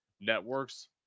networks